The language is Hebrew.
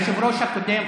היושב-ראש הקודם,